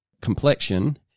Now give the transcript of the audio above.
complexion